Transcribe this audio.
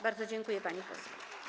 Bardzo dziękuję, pani poseł.